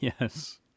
Yes